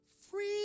free